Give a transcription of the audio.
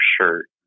shirt